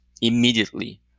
immediately